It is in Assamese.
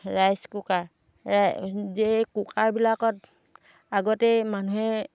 ৰাইছ কুকাৰ এই কুকাৰবিলাকত আগতেই মানুহে